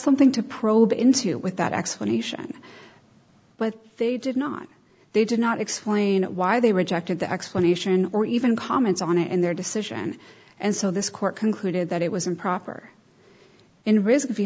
something to probe into with that explanation but they did not they did not explain why they rejected the explanation or even comment on it in their decision and so this court concluded that it was improper